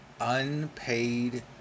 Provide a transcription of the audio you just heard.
Unpaid